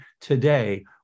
today